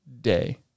day